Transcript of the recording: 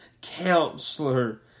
Counselor